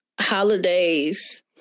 holidays